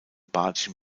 badischen